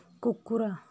କୁକୁର